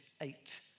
eight